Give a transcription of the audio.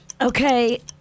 Okay